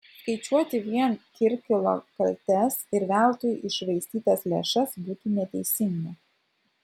skaičiuoti vien kirkilo kaltes ir veltui iššvaistytas lėšas būtų neteisinga